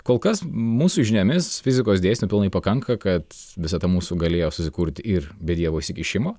kol kas mūsų žiniomis fizikos dėsnių pilnai pakanka kad visata mūsų galėjo susikurt ir be dievo įsikišimo